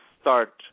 start